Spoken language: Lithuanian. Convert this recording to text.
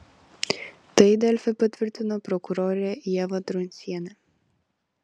tai delfi patvirtino prokurorė ieva truncienė